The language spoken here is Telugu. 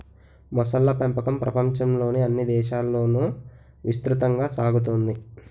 మొసళ్ళ పెంపకం ప్రపంచంలోని అన్ని దేశాలలోనూ విస్తృతంగా సాగుతోంది